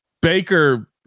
Baker